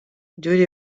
yuri